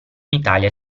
italia